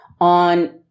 on